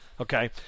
Okay